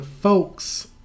folks